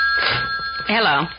Hello